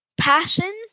Passion